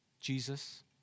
Jesus